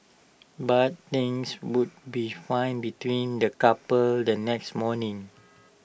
but things would be fine between the couple the next morning